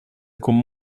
con